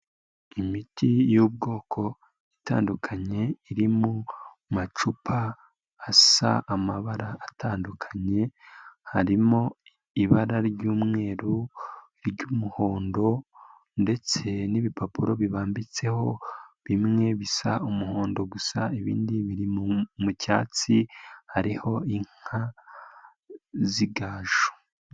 Imiti y'ubwoko itandukanye iri mu macupa asa amabara atandukanye harimo ibara ry'umweru, iry'umuhondo ndetse n'ibipapuro bimbitseho bimwe bisa umuhondo gusa ibindi biri mu cyatsi hariho inka z'igaju.